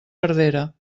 perdera